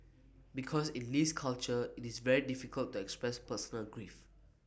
because in Lee's culture IT is very difficult to express personal grief